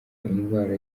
indwara